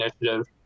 initiative